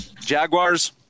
Jaguars